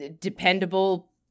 dependable